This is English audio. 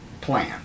plan